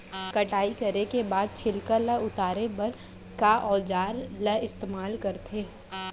कटाई करे के बाद छिलका ल उतारे बर का औजार ल इस्तेमाल करथे?